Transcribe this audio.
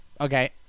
Okay